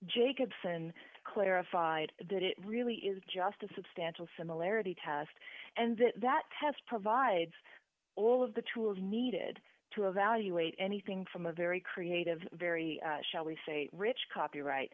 jacobson clarified that it really is just a substantial similarity test and that that test provides all of the tools needed to evaluate anything from a very creative very shall we say rich copyright